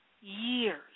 years